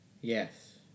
Yes